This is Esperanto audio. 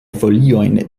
foliojn